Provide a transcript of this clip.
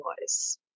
voice